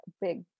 Big